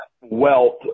wealth